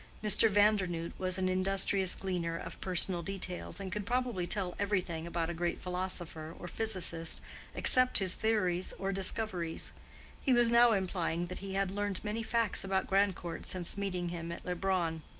mr. vandernoodt was an industrious gleaner of personal details, and could probably tell everything about a great philosopher or physicist except his theories or discoveries he was now implying that he had learned many facts about grandcourt since meeting him at leubronn.